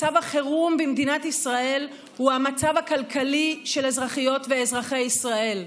מצב החירום במדינת ישראל הוא המצב הכלכלי של אזרחיות ואזרחי ישראל.